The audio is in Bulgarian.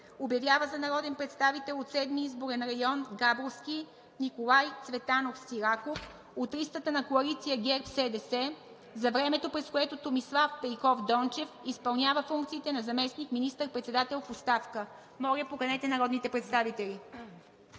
„Обявява за народен представител от Седми изборен район – Габровски, Николай Цветанов Сираков, с ЕГН …, от листата на коалиция ГЕРБ-СДС, за времето, през което Томислав Пейков Дончев изпълнява функциите на заместник-министър председател в оставка.“ Моля, поканете народните представители,